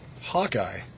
Hawkeye